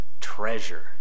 treasure